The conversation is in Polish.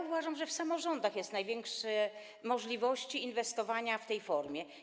Uważam, że w samorządach są największe możliwości inwestowania w tej formie.